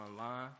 online